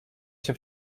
się